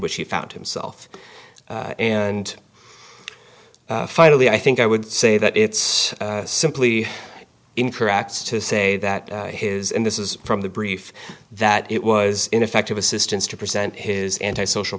which he found himself and finally i think i would say that it's simply incorrect to say that his and this is from the brief that it was ineffective assistance to present his anti social